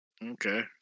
Okay